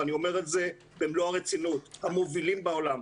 ואני אומר את זה במלוא הרצינות, המובילים בעולם.